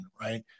right